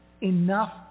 enough